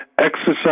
exercise